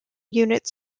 unit